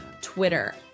twitter